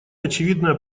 очевидное